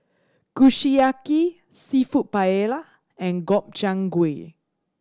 Kushiyaki Seafood Paella and Gobchang Gui